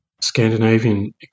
scandinavian